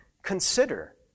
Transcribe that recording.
Consider